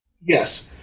Yes